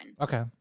Okay